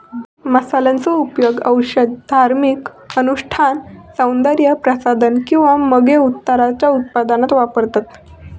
मसाल्यांचो उपयोग औषध, धार्मिक अनुष्ठान, सौन्दर्य प्रसाधन किंवा मगे उत्तराच्या उत्पादनात वापरतत